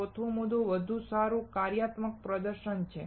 ચોથો મુદ્દો વધુ સારું કાર્યાત્મક પ્રદર્શન છે